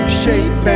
shape